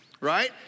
Right